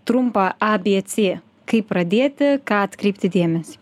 trumpą abc kaip pradėti ką atkreipti dėmesį